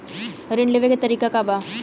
ऋण लेवे के तरीका का बा?